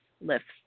lifts